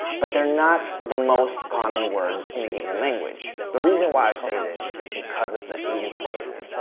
but they're not the most common words in a given language. the reason why i say this is because of the eighty twenty rule.